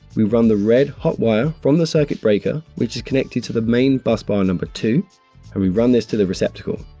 we run the red hot wire from the circuit breaker which is connected to the main bus bar number two and we run this to the receptacle.